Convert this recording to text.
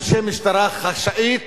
אנשי משטרה חשאית.